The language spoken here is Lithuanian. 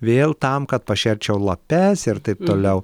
vėl tam kad pašerčiau lapes ir taip toliau